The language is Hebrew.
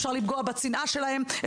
אפשר לפגוע בצנעה שלהם,